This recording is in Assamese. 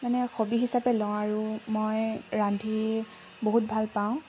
মানে হবি হিচাপে লওঁ আৰু মই ৰান্ধি বহুত ভাল পাওঁ